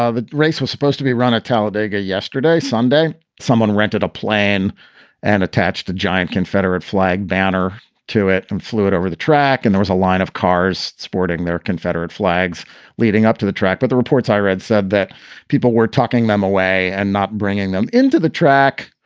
ah the race was supposed to be run at talladega yesterday, sunday someone rented a plane and attached a giant confederate flag banner to it and fluid over the track. and there's a line of cars sporting their confederate flags leading up to the track. but the reports i read said that people were talking them away and not bringing them into the track.